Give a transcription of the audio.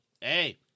hey